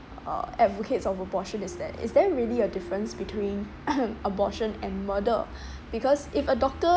uh advocates of abortion is that is there really a difference between abortion and murder because if a doctor